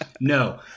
no